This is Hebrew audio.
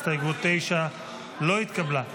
הסתייגות 9 לא התקבלה.